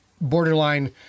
borderline